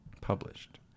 published